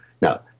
Now